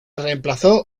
reemplazó